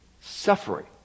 suffering